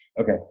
Okay